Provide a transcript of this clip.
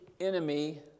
enemy